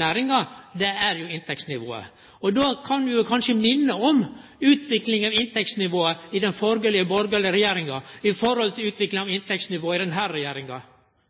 næringa, er inntektsnivået. Vi kan jo kanskje minne om utviklinga av inntektsnivået under den borgarlege regjeringa i forhold til utviklinga av inntektsnivået under denne regjeringa.